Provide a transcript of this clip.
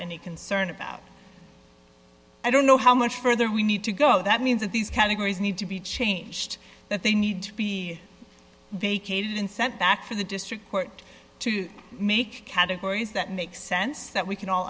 any concern about i don't know how much further we need to go that means that these categories need to be changed that they need to be vacated and sent back for the district court to make categories that make sense that we can all